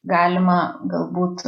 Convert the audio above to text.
galima galbūt